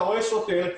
אתה רואה שוטר,